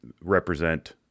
represent